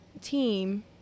team